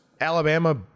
Alabama